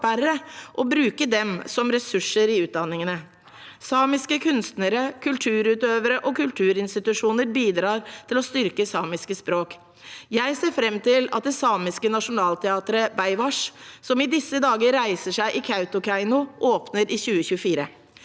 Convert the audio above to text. og bruke dem som ressurser i utdanningene. Samiske kunstnere, kulturutøvere og kulturinstitusjoner bidrar til å styrke samiske språk. Jeg ser fram til at det samiske nasjonalteateret, Beaivváš, som i disse dager reiser seg i Kautokeino, åpner i 2024.